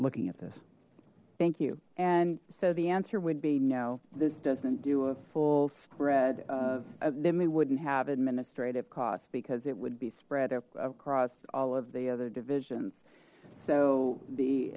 this thank you and so the answer would be no this doesn't do a full spread then we wouldn't have administrative costs because it would be spread across all of the other divisions so the